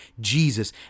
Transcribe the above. Jesus